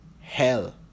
hell